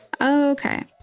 okay